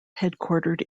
headquartered